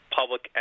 public